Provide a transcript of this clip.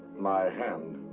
my hand.